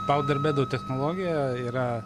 paudar bedu technologija yra